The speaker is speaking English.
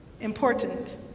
important